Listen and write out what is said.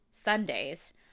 Sundays